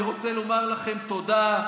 ואני רוצה לומר לכם תודה,